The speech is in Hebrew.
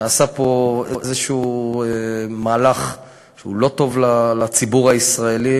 נעשה פה מהלך כלשהו שהוא לא טוב לציבור הישראלי,